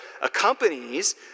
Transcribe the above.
accompanies